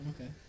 Okay